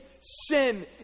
sin